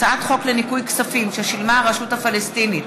הצעת חוק לניכוי כספים ששילמה הרשות הפלסטינית